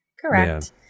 Correct